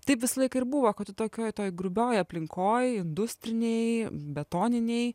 taip visą laiką ir buvo kad tu tokioj toj grubioj aplinkoj industrinėj betoninėj